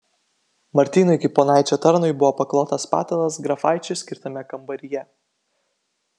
martynui kaip ponaičio tarnui buvo paklotas patalas grafaičiui skirtame kambaryje